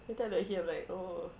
you talk about him I'm like oh